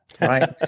right